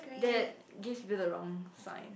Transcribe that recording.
that gives people the wrong signs